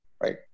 right